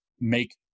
make